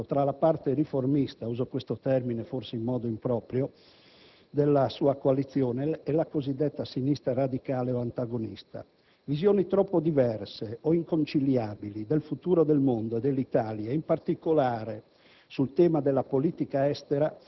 nasce dalle difficoltà di rapporto tra la parte riformista, uso questo termine forse in modo improprio, della sua coalizione e la cosiddetta sinistra radicale antagonista. Visioni troppo diverse o inconciliabili del futuro del mondo e dell'Italia, in particolare